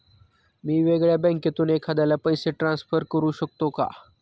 मी वेगळ्या बँकेतून एखाद्याला पैसे ट्रान्सफर करू शकतो का?